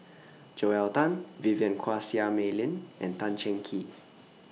Joel Tan Vivien Quahe Seah Mei Lin and Tan Cheng Kee